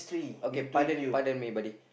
okay pardon me pardon me buddy